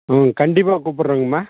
ம் கண்டிப்பாக கூப்பிட்றேங்கம்மா